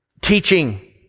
teaching